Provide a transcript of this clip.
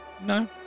No